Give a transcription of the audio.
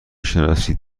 شناسید